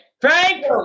Frank